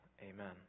Amen